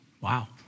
Wow